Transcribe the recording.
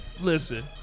listen